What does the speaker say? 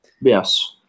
yes